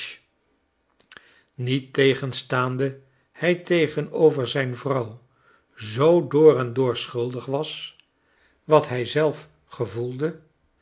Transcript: niettegenstaande hij tegenover zijn vrouw zoo door en door schuldig was wat hij zelf gevoelde